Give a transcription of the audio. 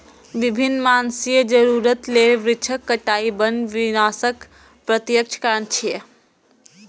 विभिन्न मानवीय जरूरत लेल वृक्षक कटाइ वन विनाशक प्रत्यक्ष कारण छियै